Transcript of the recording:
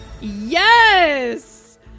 Yes